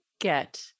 get